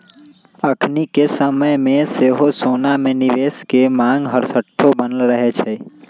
अखनिके समय में सेहो सोना में निवेश के मांग हरसठ्ठो बनल रहै छइ